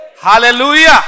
Hallelujah